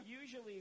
Usually